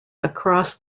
across